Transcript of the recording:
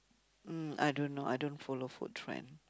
mm I don't know I don't follow food trend